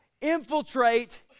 infiltrate